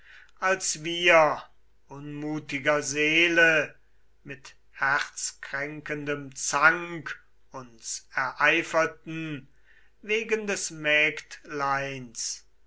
als wir unmutiger seele mit herzkränkendem zank uns ereiferten wegen des mägdleins